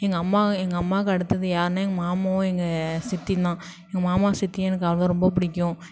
எங்கள் அம்மா எங்கள் அம்மாவுக்கு அடுத்தது யாருன்னா எங்கள் மாமாவும் எங்கள் சித்தியுந்தான் எங்கள் மாமாவும் சித்தியும் எனக்கு அவ்வளோ ரொம்ப பிடிக்கும்